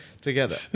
together